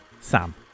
Sam